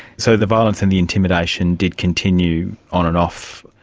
so the violence and the intimidation did continue on and off?